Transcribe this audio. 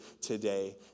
today